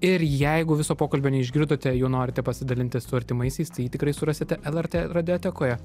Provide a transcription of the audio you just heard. ir jeigu viso pokalbio neišgirdote juo norite pasidalinti su artimaisiais tai jį tikrai surasite lrt radijotekoje